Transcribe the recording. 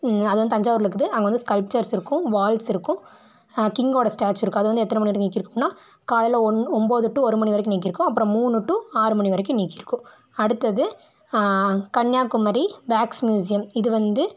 அது வந்து தஞ்சாவூரில் இருக்குது அங்கே வந்து ஸ்கல்ப்ச்சர்ஸ் இருக்கும் வால்ஸ் இருக்கும் கிங்கோட ஸ்டாச்சுவ் இருக்கும் அது வந்து எத்தனை மணி வரைக்கும் நீக்கி இருக்கும்னா காலைல ஒம்போது டு ஒரு மணி வரைக்கும் நீக்கியிருக்கும் அப்புறம் மூணு டு ஆறுமணி வரைக்கும் நீக்கிருக்கும் அடுத்தது கன்னியாகுமரி பேக்ஸ் ம்யூஸியம் இது வந்து